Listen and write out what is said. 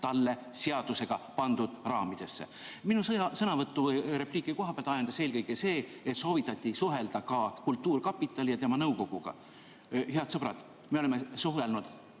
talle seadusega pandud raamidesse. Minu repliiki kohapealt ajendas eelkõige see, et soovitati suhelda ka kultuurkapitali ja tema nõukoguga. Head sõbrad, me oleme suhelnud